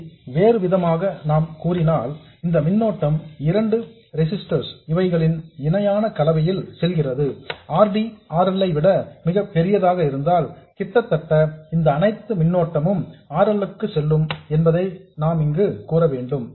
இதை வேறு விதமாக நாம் கூறினால் இந்த மின்னோட்டம் இரண்டு ரெசிஸ்டர்ஸ் இவைகளின் இணையான கலவையில் செல்கிறது R D R L ஐ விட மிக பெரியதாக இருந்தால் கிட்டத்தட்ட இந்த அனைத்து மின்னோட்டமும் R L க்கு செல்லும் என்பதைத்தான் இங்கு நாம் கூறவேண்டும்